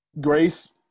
Grace